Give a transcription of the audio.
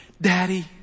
Daddy